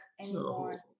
anymore